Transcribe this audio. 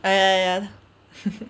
eh